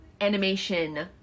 animation